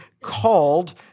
called